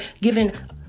given